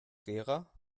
gera